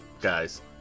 guys